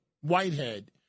Whitehead